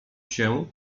się